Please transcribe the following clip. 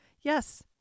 Yes